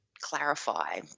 clarify